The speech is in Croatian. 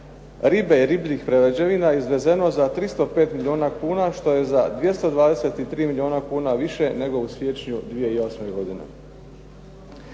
ribe i ribljih prerađevina izvezeno za 305 milijuna kuna, što je za 223 milijuna kuna više nego u siječnju 2008. godine.